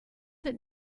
that